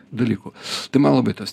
dalyku tai man labai tas